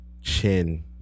chin